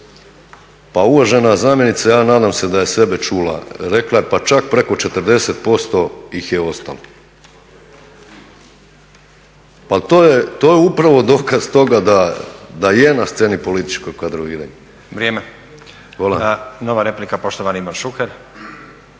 pa uvažena zamjenica ja nadam se da je sebe čula, rekla je pa čak preko 40% ih je ostalo. Pa to je upravo dokaz toga da je na sceni političko kadroviranje. **Stazić, Nenad (SDP)** Vrijeme. Nova replika, poštovani Ivan Šuker.